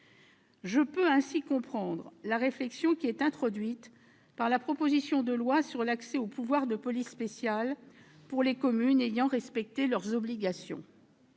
Je peux ainsi comprendre la réflexion introduite par la proposition de loi sur l'accès au pouvoir de police spéciale pour les communes ayant rempli leurs obligations,